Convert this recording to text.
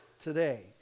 today